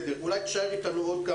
לשגרה.